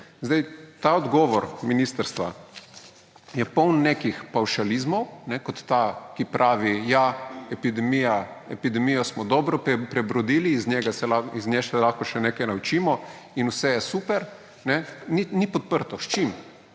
zgodijo. Ta odgovor ministrstva je poln nekih pavšalizmov, kot ta, ki pravi, ja, epidemijo smo dobro prebrodili, iz nje se lahko še nekaj naučimo in vse je super. Ni podprto. S čim?